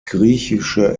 griechische